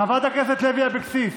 חברת הכנסת לוי אבקסיס.